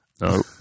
No